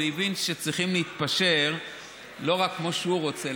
והבין שצריכים להתפשר לא רק כמו שהוא רוצה,